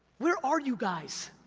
where are you guys?